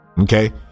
okay